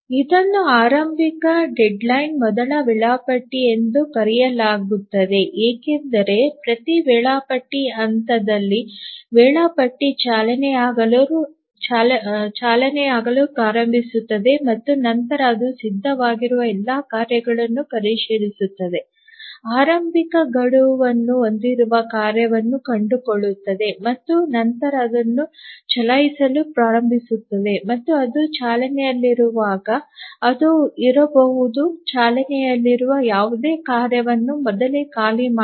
ಇದನ್ನು ಆರಂಭಿಕ ಡೆಡ್ಲೈನ್ ಮೊದಲ ವೇಳಾಪಟ್ಟಿ ಎಂದು ಕರೆಯಲಾಗುತ್ತದೆ ಏಕೆಂದರೆ ಪ್ರತಿ ವೇಳಾಪಟ್ಟಿ ಹಂತದಲ್ಲಿ ವೇಳಾಪಟ್ಟಿ ಚಾಲನೆಯಾಗಲು ಪ್ರಾರಂಭಿಸುತ್ತದೆ ಮತ್ತು ನಂತರ ಅದು ಸಿದ್ಧವಾಗಿರುವ ಎಲ್ಲಾ ಕಾರ್ಯಗಳನ್ನು ಪರಿಶೀಲಿಸುತ್ತದೆ ಆರಂಭಿಕ ಗಡುವನ್ನು ಹೊಂದಿರುವ ಕಾರ್ಯವನ್ನು ಕಂಡುಕೊಳ್ಳುತ್ತದೆ ಮತ್ತು ನಂತರ ಅದನ್ನು ಚಲಾಯಿಸಲು ಪ್ರಾರಂಭಿಸುತ್ತದೆ ಮತ್ತು ಅದು ಚಾಲನೆಯಲ್ಲಿರುವಾಗ ಅದು ಇರಬಹುದು ಚಾಲನೆಯಲ್ಲಿರುವ ಯಾವುದೇ ಕಾರ್ಯವನ್ನು ಮೊದಲೇ ಖಾಲಿ ಮಾಡಿ